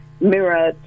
mirror